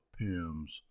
PIMS